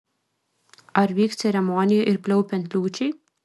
ar vyks ceremonija ir pliaupiant liūčiai